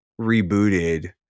rebooted